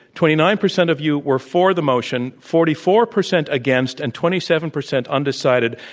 twenty nine percent of you were for the motion, forty four percent against, and twenty seven percent undecided.